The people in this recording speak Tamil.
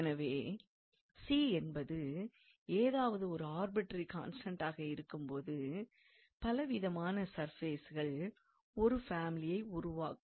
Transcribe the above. எனவே c என்பது ஏதாவது ஒரு ஆர்பிட்ரரி கான்ஸ்டண்டாக இருக்கும்போது பல விதமான சர்ஃபேஸ்கள் ஒரு பேமிலியை உருவாக்கும்